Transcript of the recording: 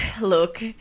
look